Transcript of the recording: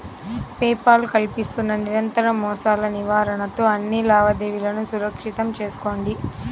pay Paul కల్పిస్తున్న నిరంతర మోసాల నివారణతో అన్ని లావాదేవీలను సురక్షితం చేసుకోండి